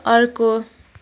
अर्को